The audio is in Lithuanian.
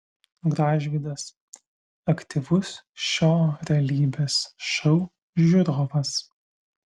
gražvydas aktyvus šio realybės šou žiūrovas